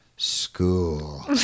School